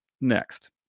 next